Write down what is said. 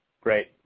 Great